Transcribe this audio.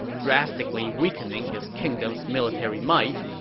drastically weakening his kingdom's military might.